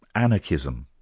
anarchism.